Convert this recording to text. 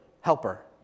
Helper